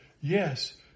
Yes